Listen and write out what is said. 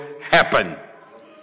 happen